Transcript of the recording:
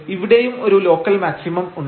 ഇവിടെയും ഒരു local maximum ഉണ്ട്